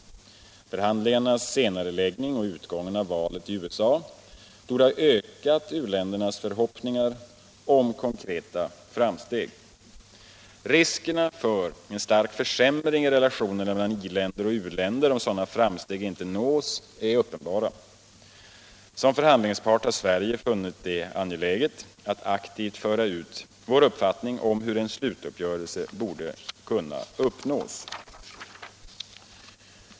Förhandlingarnas senareläggning och utgången av valet i USA torde ha ökat u-ländernas förhoppning om konkreta framsteg. Riskerna för en stark försämring i relationerna mellan i-länder och u-länder om sådana framsteg inte nås är uppenbara. Som förhandlingspart har Sverige funnit det angeläget att aktivt föra ut vår uppfattning om hur en slutuppgörelse borde kunna uppnås.